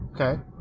Okay